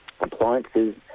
appliances